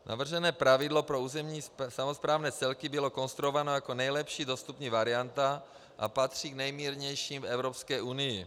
Navržené pravidlo pro územní samosprávné celky bylo konstruováno jako nejlepší dostupná varianta a patří k nejmírnějším v Evropské unii.